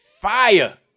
fire